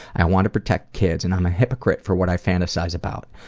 i want to protect kids and i'm a hypocrite for what i fantasize about.